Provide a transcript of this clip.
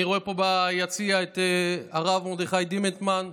אני רואה פה ביציע את הרב מרדכי דימנטמן,